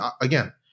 again